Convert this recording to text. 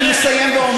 אני מסיים ואומר,